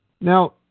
Now